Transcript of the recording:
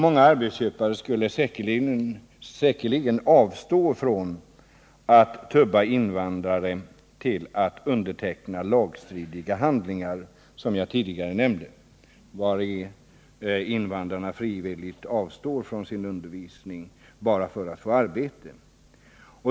Många arbetsköpare skulle säkerligen avstå från att tubba invandrare att underteckna lagstridiga handlingar, vari invandrarna frivilligt avstår från undervisningen bara för att få ett arbete.